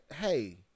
Hey